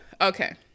Okay